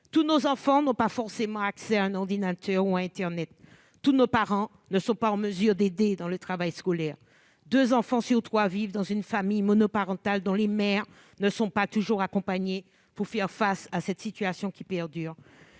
Tous nos enfants n'ont pas forcément accès à un ordinateur ou à Internet, et tous nos parents ne sont pas en mesure d'aider dans le travail scolaire ... Deux enfants sur trois vivent dans des familles monoparentales, dont les mères ne sont pas toujours accompagnées pour faire face à cette situation qui perdure.